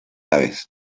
aves